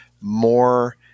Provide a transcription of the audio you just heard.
more